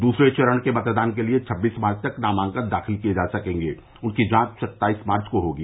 दूसरे चरण के मतदान के लिए छबीस मार्च तक नामांकन दाखिल किये जा सकेंगे और उनकी जांच सत्ताईस मार्च को होगी